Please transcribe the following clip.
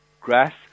grass